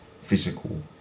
physical